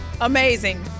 Amazing